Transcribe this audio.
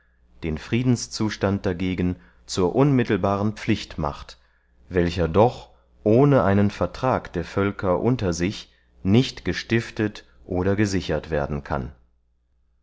den friedenszustand dagegen zur unmittelbaren pflicht macht welcher doch ohne einen vertrag der völker unter sich nicht gestiftet oder gesichert werden kann